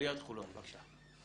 עירית חולון, בבקשה.